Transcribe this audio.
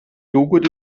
joghurt